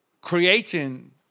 creating